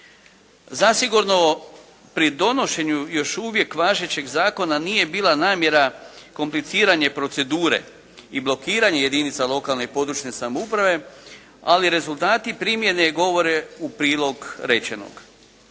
Zasigurno pri donošenju još uvijek važećeg zakona nije bila namjera kompliciranja i procedure i blokiranja jedinica lokalne i područne samouprave, ali rezultati primjene govore u prilog rečenog.